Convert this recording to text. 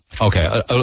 okay